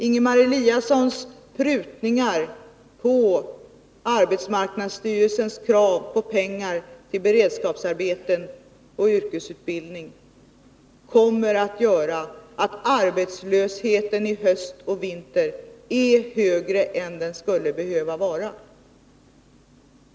Ingemar Eliassons prutningar av arbetsmarknadsstyrelsens krav på pengar till beredskapsarbeten och yrkesutbildning kommer att leda till att arbetslösheten i höst och i vinter blir högre än den skulle behöva vara.